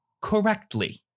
correctly